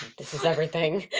this is everything.